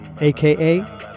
aka